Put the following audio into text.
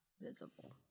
visible